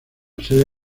sede